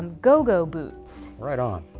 go-go boots. right on.